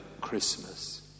Christmas